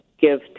give